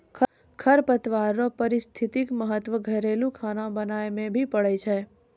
खरपतवार रो पारिस्थितिक महत्व घरेलू खाना बनाय मे भी पड़ै छै